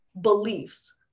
beliefs